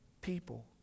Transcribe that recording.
people